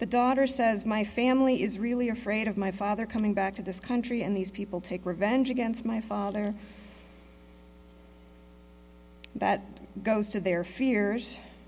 the daughter says my family is really afraid of my father coming back to this country and these people take revenge against my father that goes to their fears